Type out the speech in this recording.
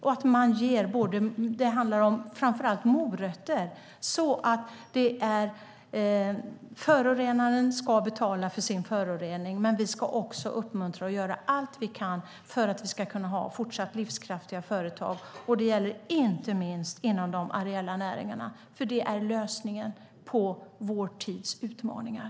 Framför allt handlar det om morötter. Förorenaren ska betala för sin förorening. Men vi ska också uppmuntra och göra allt vi kan för att fortsatt kunna ha livskraftiga företag inte minst inom de areella näringarna, för det är lösningen på vår tids utmaningar.